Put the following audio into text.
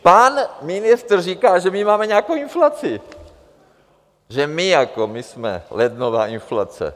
Pan ministr říkal, že my máme nějakou inflaci, že my jako, my jsme lednová inflace.